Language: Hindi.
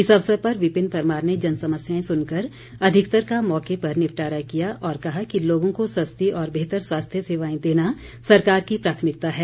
इस अवसर पर विपिन परमार ने जन समस्याएं सुनकर अधिकतर का मौके पर निपटारा किया और कहा कि लोगों को सस्ती और बेहतर स्वास्थ्य सेवाएं देना सरकार की प्राथमिकता है